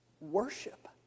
Worship